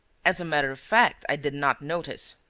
as a matter of fact, i did not notice.